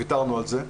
ויתרנו על זה,